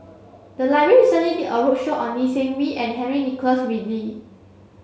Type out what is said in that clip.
the library recently did a roadshow on Lee Seng Wee and Henry Nicholas Ridley